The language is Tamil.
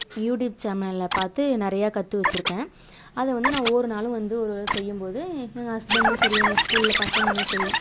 யூடியூப் சேனலில் பார்த்து நிறையா கற்று வச்சுருக்கேன் அதை வந்து நான் ஒவ்வொரு நாளும் வந்து ஒவ்வொரு இது செய்யும் போது என் ஹஸ்பெண்டும் சரி எங்கள் ஸ்கூலில் பசங்களும் சரி